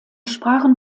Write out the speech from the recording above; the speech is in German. sprachen